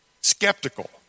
skeptical